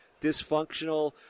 dysfunctional